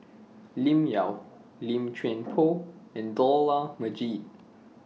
Lim Yau Lim Chuan Poh and Dollah Majid